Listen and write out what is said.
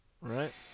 Right